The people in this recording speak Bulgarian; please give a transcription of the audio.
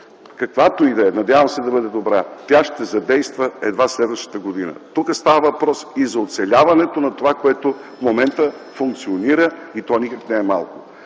каквато и да е, надявам се да бъде добра, ще задейства едва следващата година. Тук става въпрос и за оцеляването на това, което в момента функционира и то никак не е малко.